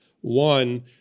One